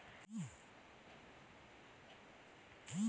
సేంద్రీయ వ్యవసాయం చేయటం వల్ల లాభాలు ఏంటి?